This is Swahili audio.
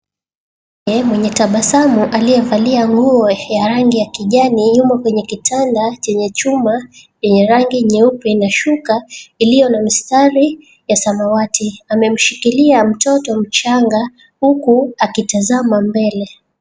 Mwenye tabasamu aliyevalia nguo ya rangi ya kijani, yumo kwenye kitanda chenye chuma yenye rangi nyeupe nas huka iliyo na mistari ya samawati. Amemshikilia mtoto mchanga huku akitazama mbele.